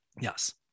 Yes